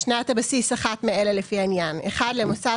"שנת הבסיס" אחת מאלה לפי העניין- למוסד